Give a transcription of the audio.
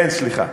כן, סליחה.